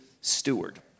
steward